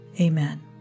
Amen